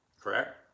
correct